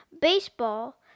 baseball